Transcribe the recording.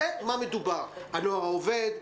על זה בדיוק מדובר: הנוער העובד והלומד,